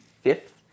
fifth